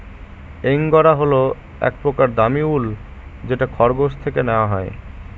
angora হল এক প্রকার দামী উল যেটা খরগোশ থেকে নেওয়া হয়